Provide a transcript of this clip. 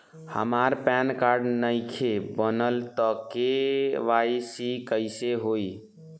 हमार PAN card नईखे बनल त के.वाइ.सी कइसे होई?